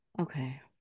Okay